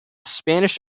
spanish